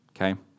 okay